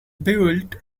built